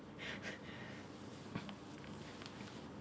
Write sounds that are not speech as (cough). (breath)